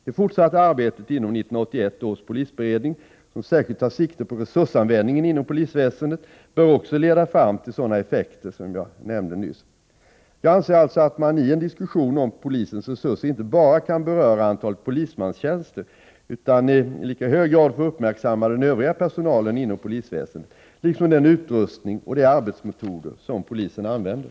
Det fortsatta arbetet inom 1981 års polisberedning, som särskilt tar sikte på resursanvändningen inom polisväsendet, bör också leda fram till sådana effekter som jag nämnde nyss. Jag anser alltså att man i en diskussion om polisens resurser inte bara kan beröra antalet polismanstjänster utan i lika hög grad får uppmärksamma den övriga personalen inom polisväsendet liksom den utrustning och de arbetsmetoder som polisen använder.